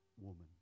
woman